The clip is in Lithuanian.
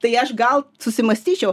tai aš gal susimąstyčiau